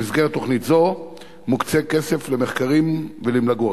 במסגרת תוכנית זו מוקצה כסף למחקרים ולמלגות.